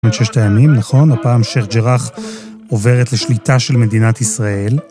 ששת הימים, נכון? הפעם שר ג'רח עוברת לשליטה של מדינת ישראל.